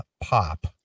pop